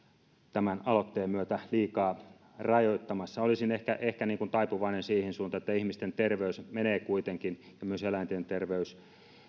tämän aloitteen myötä liikaa rajoittamassa olisin ehkä ehkä taipuvainen siihen suuntaan että ihmisten terveys ja myös eläinten terveys menevät kuitenkin